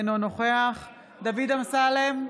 אינו נוכח דוד אמסלם,